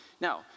Now